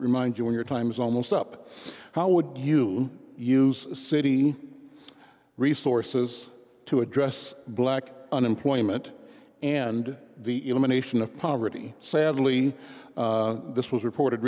remind you when your time is almost up how would you use city resources to address black unemployment and the elimination of poverty sadly this was reported